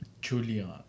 Julian